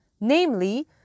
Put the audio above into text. namely